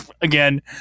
again